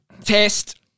test